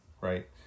right